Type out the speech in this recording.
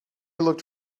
looked